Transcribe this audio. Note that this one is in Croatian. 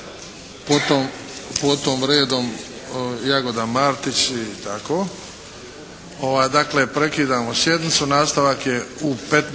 Potom redom Jagoda Martić i tako. Dakle prekidamo sjednicu. Nastavak je u 15,00